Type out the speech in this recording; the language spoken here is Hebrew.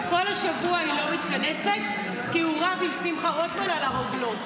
כל השבוע היא לא מתכנסת כי הוא רב עם שמחה רוטמן על הרוגלות.